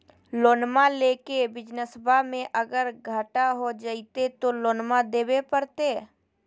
लोनमा लेके बिजनसबा मे अगर घाटा हो जयते तो लोनमा देवे परते?